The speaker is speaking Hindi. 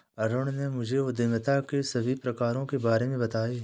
अरुण ने मुझे उद्यमिता के सभी प्रकारों के बारे में बताएं